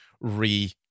re